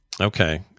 Okay